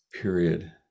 period